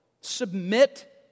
Submit